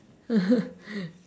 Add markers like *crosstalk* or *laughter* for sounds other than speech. *laughs*